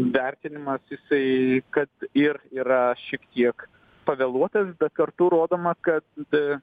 vertinimas jisai kad ir yra šiek tiek pavėluotas bet kartu rodoma kad